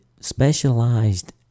specialized